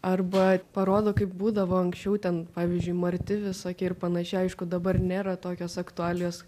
arba parodo kaip būdavo anksčiau ten pavyzdžiui marti visokie ir panašiai aišku dabar nėra tokios aktualijos